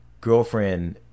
girlfriend